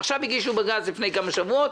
עכשיו הגישו בג"צ לפני כמה שבועות,